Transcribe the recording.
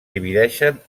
divideixen